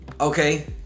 Okay